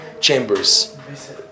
chambers